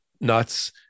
Nuts